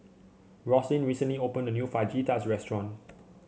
Roslyn recently opened a new Fajitas restaurant